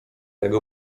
jego